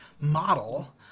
model